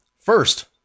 First